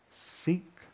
seek